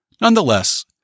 Nonetheless